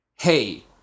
Hey